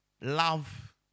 Love